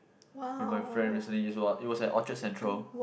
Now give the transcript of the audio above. with my friends recently it was it was at Orchard-Central